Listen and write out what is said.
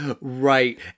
Right